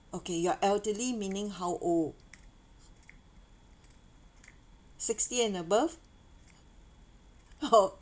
okay your elderly meaning how old sixty and above oh